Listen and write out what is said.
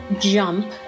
Jump